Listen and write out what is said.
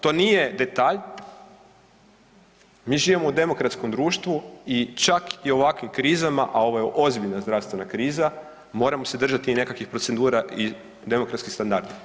To nije detalj, mi živimo u demokratskom društvu i čak i u ovakvim krizama, a ovo je ozbiljna zdravstvena kriza, moramo se držati i nekakvih procedura i demokratskih standarda.